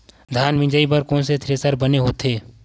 धान मिंजई बर कोन से थ्रेसर बने होथे?